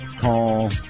call